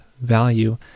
value